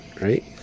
right